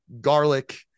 garlic